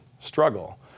struggle